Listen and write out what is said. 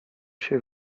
się